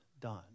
done